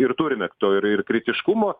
ir turime to ir ir kritiškumo